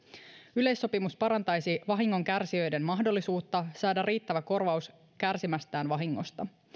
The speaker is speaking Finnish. yleissopimus parantaisi vahingonkärsijöiden mahdollisuutta saada riittävä korvaus kärsimästään vahingosta